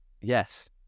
yes